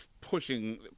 pushing